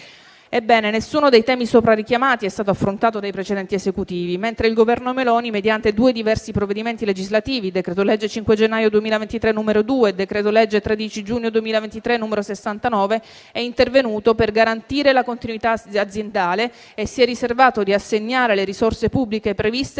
Ebbene, nessuno dei temi sopra richiamati è stato affrontato dai precedenti Esecutivi, mentre il Governo Meloni, mediante due diversi provvedimenti legislativi, il decreto-legge 5 gennaio 2023, n. 2, il decreto-legge 13 giugno 2023, n. 69, è intervenuto per garantire la continuità aziendale e si è riservato di assegnare le risorse pubbliche previste solo